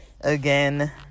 again